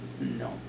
No